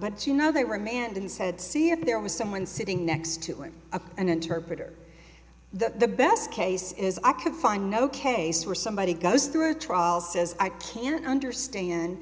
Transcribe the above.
but you know they were manned and said see if there was someone sitting next to him an interpreter the best case is i could find no case where somebody goes through a trial says i can't understand